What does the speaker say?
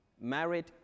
married